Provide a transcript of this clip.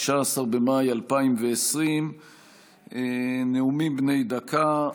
19 במאי 2020. נאומים בני דקה.